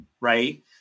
right